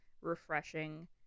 refreshing